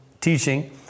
teaching